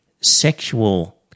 sexual